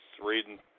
reading